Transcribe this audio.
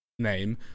name